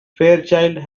fairchild